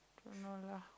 don't know lah